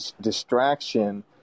distraction